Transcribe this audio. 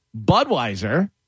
Budweiser